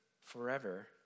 forever